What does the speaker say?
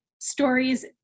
stories